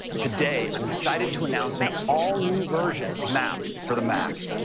today i'm excited to announce an all-new version of maps for the mac.